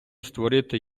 створити